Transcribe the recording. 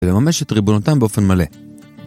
לממש את ריבונותם באופן מלא.